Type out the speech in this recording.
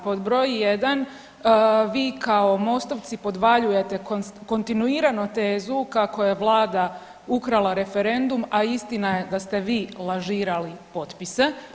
Pod broj 1, vi kao Mostovci podvaljujete kontinuirano tezu kako je Vlada ukrala referendum, a istina je da ste vi lažirali potpise.